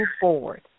forward